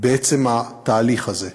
בעצם התהליך הזה.